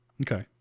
okay